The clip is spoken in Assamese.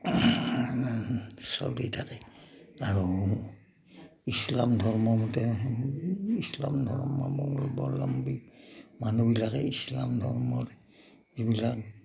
চলি থাকে আৰু ইছলাম ধৰ্ম মতে ইছলাম ধৰ্মাৱলম্বী মানুহবিলাকে ইছলাম ধৰ্মৰ যিবিলাক